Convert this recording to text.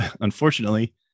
unfortunately